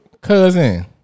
cousin